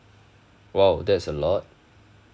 !wow! that's a lot